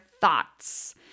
thoughts